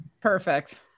perfect